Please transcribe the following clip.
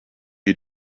you